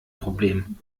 problem